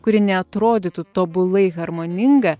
kuri neatrodytų tobulai harmoninga